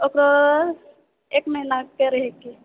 ओकरो एक महीनाके रहयके